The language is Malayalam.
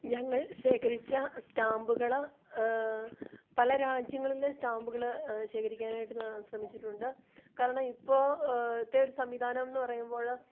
ഞങ്ങൾ ശേഖരിച്ച സ്റ്റാമ്പുകൾ പല രാജ്യങ്ങളിലെ സ്റ്റാമ്പുകൾ ശേഖരിക്കാനായിട്ട് ഞാൻ ശ്രമിച്ചിട്ടുണ്ട് കാരണം ഇപ്പോഴത്തെ ഒരു സംവിധാനം എന്നു പറയുമ്പോൾ